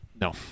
No